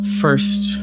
first